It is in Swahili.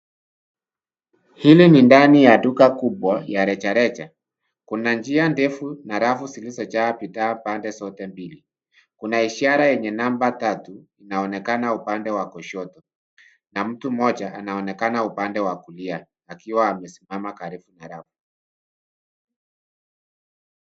Hili ni ndani ya duka kubwa ya rejareja. Kuna njia ndefu na rafu zilizojaa bidhaa pande zote mbili. Kuna ishara yenye namba tatu inaonekana upande wa kushoto na mtu mmoja anaonekana upande wa kulia akiwa amesimama karibu na rafu.